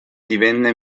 divenne